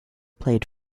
played